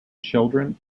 children